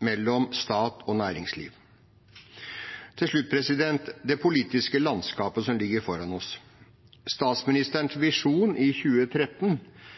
mellom stat og næringsliv. Til slutt om det politiske landskapet som ligger foran oss: Statsministerens visjon i 2013